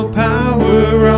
power